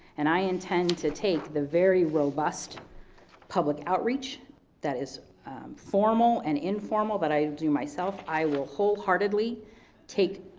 and i intend to take the very robust public outreach that is formal and informal, that i do myself. i will wholeheartedly take